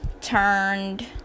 turned